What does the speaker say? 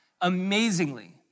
amazingly